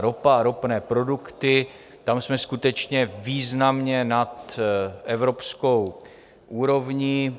Ropa a ropné produkty, tam jsme skutečně významně nad evropskou úrovní.